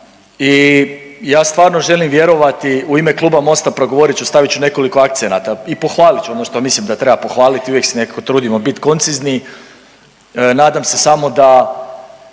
i ja stvarno želim vjerovati u ime kluba Mosta progovorit ću stavit ću nekoliko akcenata i pohvalit ću ono što mislim da treba pohvalit uvijek se nekako trudimo bit koncizni, nadam se samo da